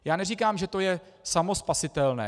Já neříkám, že je to samospasitelné.